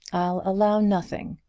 i'll allow nothing.